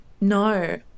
No